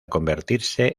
convertirse